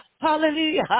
hallelujah